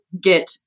get